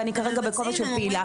ואני כרגע בכובע של פעילה,